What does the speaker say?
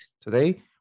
today